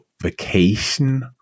vacation